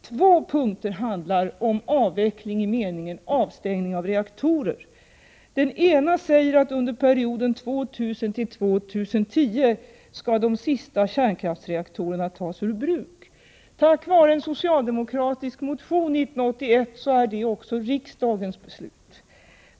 Två punkter handlar om avveckling i meningen stänga av reaktorer. Den ena säger att under perioden 2000-2010 skall de sista kärnkraftsreaktorerna tas ur bruk. Tack vare en socialdemokratisk motion 1981 är det också riksdagens beslut.